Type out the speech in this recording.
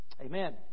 Amen